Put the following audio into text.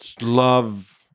love